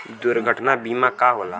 दुर्घटना बीमा का होला?